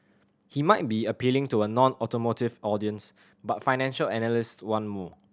he might be appealing to a nonautomotive audience but financial analyst want more